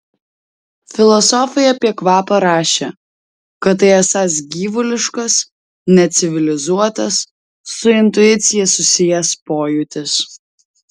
filosofai apie kvapą rašė kad tai esąs gyvuliškas necivilizuotas su intuicija susijęs pojūtis